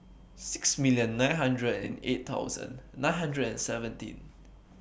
six million nine hundred and eight thousand nine hundred and seventeen